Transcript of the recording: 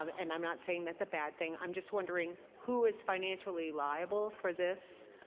um and i'm not saying that's a bad thing. i'm just wonder ing, who is financially liable for this?